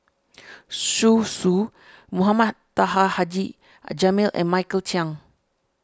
Zhu Xu Mohamed Taha Haji Jamil and Michael Chiang